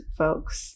folks